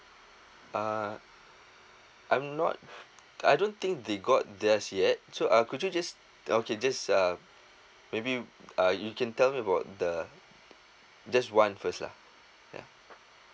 uh I'm not I don't think they got theirs yet so uh could you just okay just uh maybe uh you can tell me about the just one first lah ya